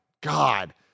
God